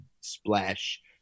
splash